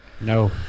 No